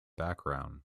background